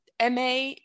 MA